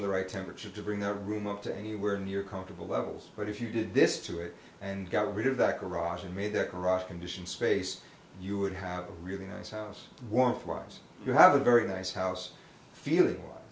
of the right temperature to bring the room up to anywhere near comfortable levels but if you did this to it and got rid of that garage and made their garage condition space you would have a really nice house wharfies you have a very nice house feeling